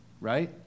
right